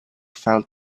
found